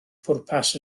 pwrpas